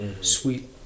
Sweet